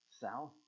south